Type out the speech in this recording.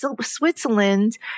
Switzerland